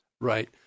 Right